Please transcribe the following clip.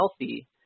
healthy